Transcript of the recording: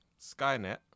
Skynet